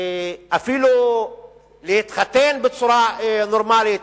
אפילו להתחתן בצורה נורמלית.